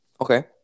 Okay